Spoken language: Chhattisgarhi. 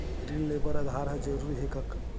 ऋण ले बर आधार ह जरूरी हे का?